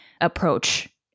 approach